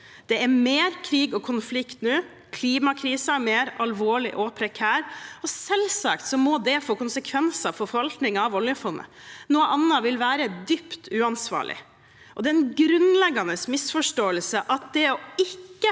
Det er mer krig og konflikt nå, og klimakrisen er mer alvorlig og prekær. Selvsagt må det få konsekvenser for forvaltningen av oljefondet. Noe annet vil være dypt uansvarlig. Det er en grunnleggende misforståelse at det å ikke